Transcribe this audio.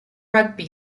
rugby